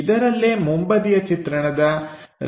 ಇದರಲ್ಲೇ ಮುಂಬದಿಯ ಚಿತ್ರಣದ ರಂಧ್ರಗಳು ಇವೆ